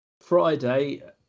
Friday